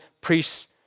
priests